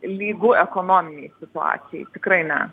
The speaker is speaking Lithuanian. lygu ekonominei situacijai tikrai ne